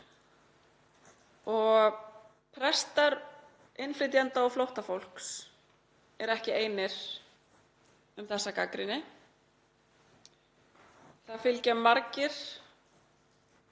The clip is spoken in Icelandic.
Prestar innflytjenda og flóttafólks eru ekki einir um þessa gagnrýni. Það fylgja margir